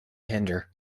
hinder